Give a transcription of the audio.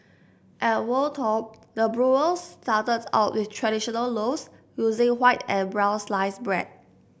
at Wold Top the brewers started out with traditional loaves using white and brown sliced bread